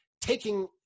taking